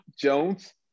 Jones